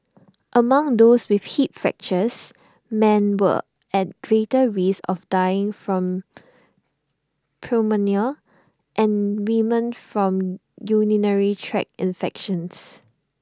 among those with hip fractures men were at greater risk of dying from pneumonia and women from urinary tract infections